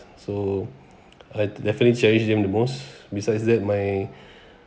so I definitely cherish them the most besides that my